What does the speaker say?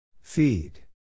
Feed